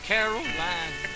Caroline